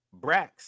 Brax